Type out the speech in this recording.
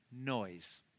noise